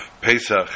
Pesach